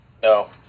No